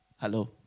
Hello